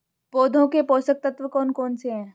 पौधों के पोषक तत्व कौन कौन से हैं?